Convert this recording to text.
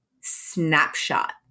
snapshot